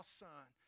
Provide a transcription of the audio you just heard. son